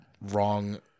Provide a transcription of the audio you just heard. wrong